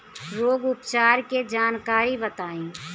रोग उपचार के जानकारी बताई?